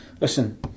listen